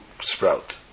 sprout